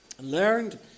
learned